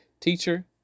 Teacher